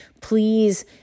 Please